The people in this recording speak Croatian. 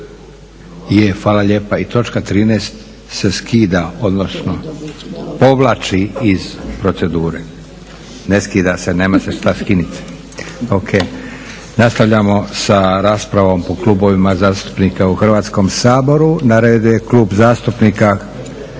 Je, hvala lijepa. I točka 13. se skida, odnosno povlači iz procedure. Ne skida se, nema se šta skinut. Ok, nastavljamo sa raspravom po klubovima zastupnika u Hrvatskom saboru. Na redu je Klub zastupnika